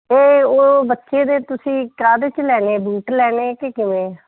ਇਹ ਉਹ ਬੱਚੇ ਦੇ ਤੁਸੀਂ ਕਾਹਦੇ 'ਚ ਲੈਣੇ ਆ ਬੂਟ ਲੈਣੇ ਕਿ ਕਿਵੇਂ